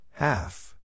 Half